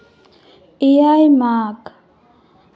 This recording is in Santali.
ᱮᱭᱟᱭ ᱢᱟᱜᱽ